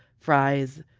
fries,